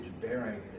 bearing